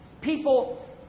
People